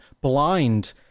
blind